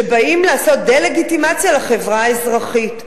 שבאים לעשות דה-לגיטימציה לחברה האזרחית.